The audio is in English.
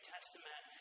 Testament